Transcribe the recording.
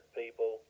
people